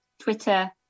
Twitter